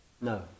No